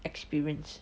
experienced